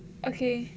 okay